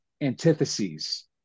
antitheses